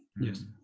Yes